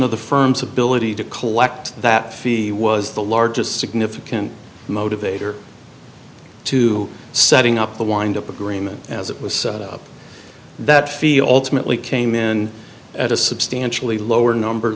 of the firm's ability to collect that fee was the largest significant motivator to setting up the wind up agreement as it was set up that feel alternately came in at a substantially lower number